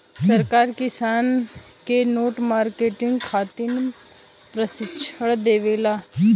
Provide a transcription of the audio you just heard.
सरकार किसान के नेट मार्केटिंग खातिर प्रक्षिक्षण देबेले?